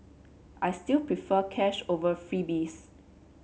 I still prefer cash over freebies